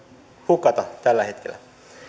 hukata tällä hetkellä